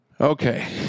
Okay